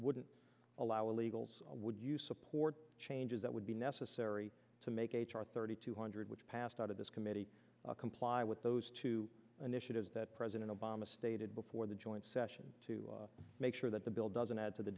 wouldn't allow illegals would you support changes that would be necessary to make our thirty two hundred which passed out of this committee comply with those two initiatives that president obama stated before the joint session to make sure that the bill doesn't add to the